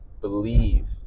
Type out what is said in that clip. Believe